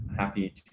Happy